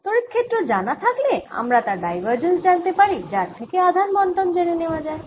তড়িৎ ক্ষেত্র জানা থাকলে আমরা তার ডাইভারজেন্স জানতে পারি যার থেকে আধান বণ্টন জেনে নেওয়া যায়